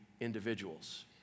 individuals